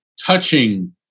touching